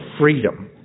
freedom